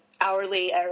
Hourly